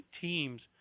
teams